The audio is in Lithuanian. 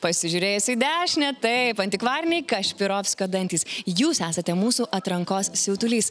pasižiūrėjus į dešinę taip antikvariniai kašpirovskio dantys jūs esate mūsų atrankos siautulys